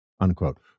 unquote